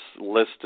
list